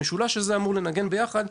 המשולש הזה אמור לנגן ביחד,